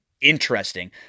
Interesting